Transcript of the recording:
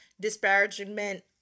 disparagement